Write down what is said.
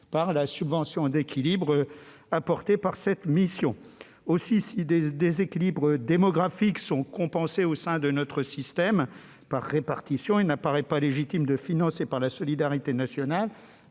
par la subvention d'équilibre apportée par cette mission. Aussi, si des déséquilibres démographiques sont compensés au sein de notre système par répartition, il n'apparaît pas légitime de financer par la solidarité nationale